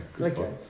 okay